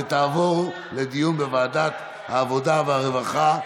ותעבור לדיון בוועדת העבודה והרווחה.